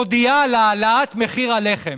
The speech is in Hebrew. מודיעה על העלאת מחיר הלחם.